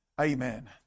Amen